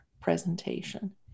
presentation